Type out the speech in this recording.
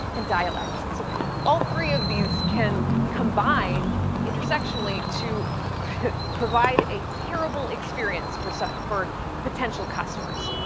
and dialects. and so all three of these can combine intersectionality to provide a terrible experience for so for potential customers.